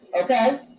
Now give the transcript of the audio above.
Okay